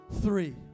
Three